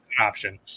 option